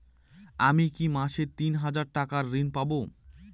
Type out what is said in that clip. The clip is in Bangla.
আমি কি মাসে তিন হাজার টাকার ঋণ পাবো?